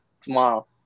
tomorrow